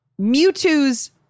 Mewtwo's